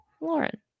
Lauren